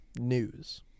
News